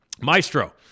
maestro